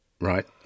Right